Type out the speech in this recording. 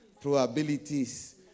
probabilities